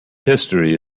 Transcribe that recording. history